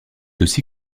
aussi